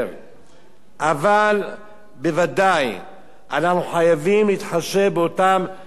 אבל בוודאי אנחנו חייבים להתחשב באותן שכבות חלשות.